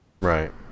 right